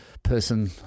Person